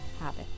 habit